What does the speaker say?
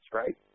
right